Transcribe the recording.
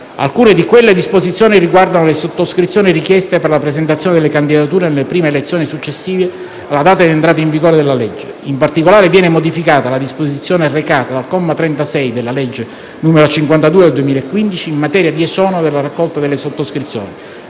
Alcune di tali disposizioni riguardano le sottoscrizioni richieste per la presentazione delle candidature nelle prime elezioni successive alla data di entrata in vigore della legge. In particolare, viene modificata la disposizione recata dal comma 36 della legge n. 52 del 2015, in materia di esonero dalla raccolta delle sottoscrizioni,